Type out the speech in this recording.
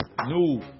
new